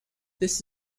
this